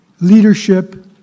leadership